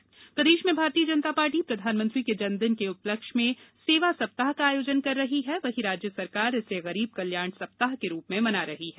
मध्यप्रदेश में भारतीय जनता पार्टी प्रधानमंत्री के जन्मदिन के उपलक्ष्य में सेवा सप्ताह का आयोजन कर रही है वहीं राज्य सरकार इसे गरीब कल्याण सप्ताह के रूप में मना रही है